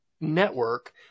network